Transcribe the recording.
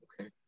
Okay